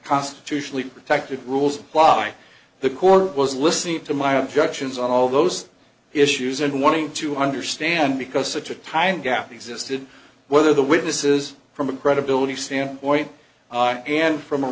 constitutionally protected rules by the court was listening to my objections on all those issues and wanting to understand because such a time gap existed whether the witnesses from a credibility standpoint and from a